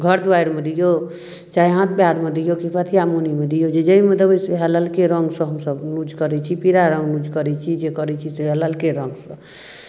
घर दुआरिमे दियौ चाहे हाथ पएरमे दियौ कि पथिआ मौनीमे दियौ जाहिमे देबै सएह ललके रङ्गसँ तऽ हमसभ यूज करै छी पीरा रङ्ग यूज करै छी जे करै छी से ललके रङ्गसँ